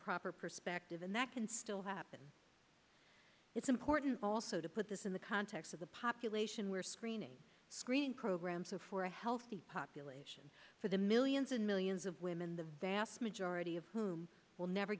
proper perspective and that can still happen it's important also to put this in the context of the population where screening screening programs are for a healthy population for the millions and millions of women the vast majority of whom will never